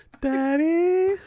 Daddy